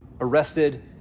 arrested